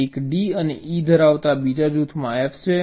એક D અને E ધરાવતા બીજા જૂથમાં F છે